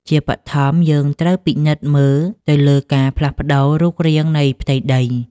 ជាបឋម យើងត្រូវពិនិត្យមើលទៅលើការផ្លាស់ប្តូររូបរាងនៃផ្ទៃដី។